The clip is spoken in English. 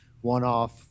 one-off